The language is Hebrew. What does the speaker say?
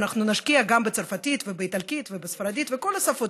אנחנו נשקיע גם בצרפתית ובאיטלקית ובספרדית ובכל השפות,